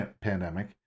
pandemic